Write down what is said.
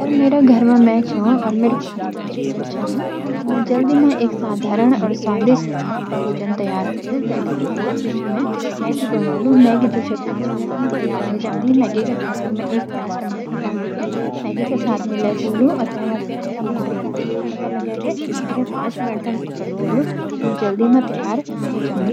अगर मेरा घर म मैं छो और मेरा पास पांच मिनट छन त मैं जल्दी म एक साधारण और स्वादिष्ट भोजन तैयार कल्लू। ते का खातिर जु छ मैं मैगी बनाउल मैगी जु छ पांच मिनट म तैयार व्हाई जांदी। मैगी का खातिर मैं एक पन म प्याज टमाटर काटी के मैगी के साथ म मिलाई दयालु। ते का बाद प्याज टमाटर कु तड़का लगाए के पांच मिनट तक पकन डायलू यू जल्दी म तैयार व्हाई जां दु।